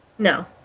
No